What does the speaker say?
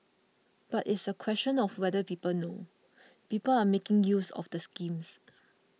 but it's a question of whether people know people are making use of the schemes